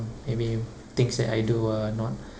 maybe things that I do are not